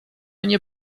nie